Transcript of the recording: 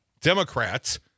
Democrats